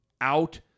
out